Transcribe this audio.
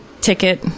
ticket